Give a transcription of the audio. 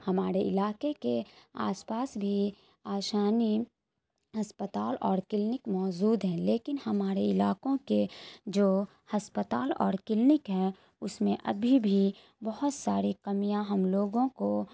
ہمارے علاقے کے آس پاس بھی آسانی اسپتال اور کلینک موجود ہے لیکن ہمارے علاقوں کے جو ہسپتال اور کلینک ہیں اس میں ابھی بھی بہت ساری کمیاں ہم لوگوں کو